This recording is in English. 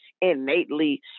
innately